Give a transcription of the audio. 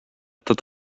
tot